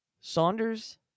Saunders